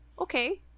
Okay